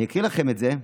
אני אקריא לכם את זה.